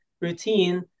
routine